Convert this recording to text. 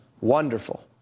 Wonderful